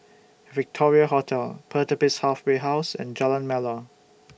Victoria Hotel Pertapis Halfway House and Jalan Melor